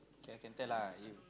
can can tell lah you